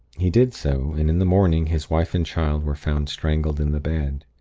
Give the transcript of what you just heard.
he did so, and in the morning his wife and child were found strangled in the bed,